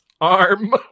arm